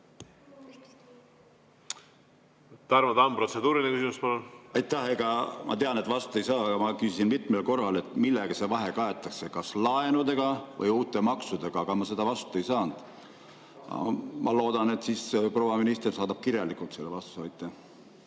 Tarmo Tamm, protseduuriline küsimus, palun! Aitäh! Ma tean, et ma vastust ei saa, aga ma küsisin mitmel korral, et millega see vahe kaetakse, kas laenudega või uute maksudega. Aga ma vastust ei saanud. Ma loodan, et proua minister saadab kirjalikult selle vastuse. Aitäh!